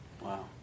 Wow